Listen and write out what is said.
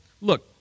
look